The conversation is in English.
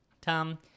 Tom